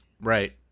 right